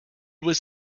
was